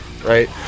Right